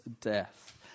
death